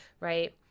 right